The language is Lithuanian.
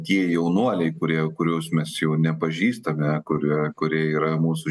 tie jaunuoliai kurie kuriuos mes jau nepažįstame kurie kurie yra mūsų